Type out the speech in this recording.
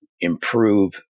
improve